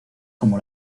como